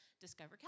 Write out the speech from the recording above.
Discover